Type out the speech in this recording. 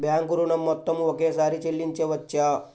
Bank ఋణం మొత్తము ఒకేసారి చెల్లించవచ్చా?